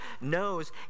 knows